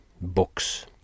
books